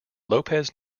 lopez